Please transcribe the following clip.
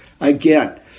again